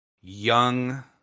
young